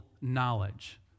knowledge